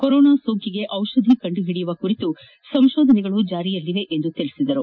corona ಸೋಂಕಿಗೆ ಬಿಷಧಿ ಕಂಡುಹಿಡಿಯುವ ಕುರಿತು ಸಂಶೋಧನೆಗಳು ಜಾರಿಯಲ್ಲಿವೆ ಎಂದು ಅವರು ಹೇಳಿದರು